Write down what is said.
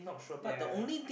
yeah